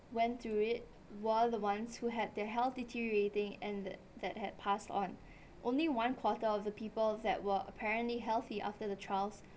went through it were the ones who had their health deteriorating ended that had passed on only one quarter of the people that were apparently healthy after the trials